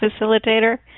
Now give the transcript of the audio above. facilitator